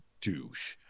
douche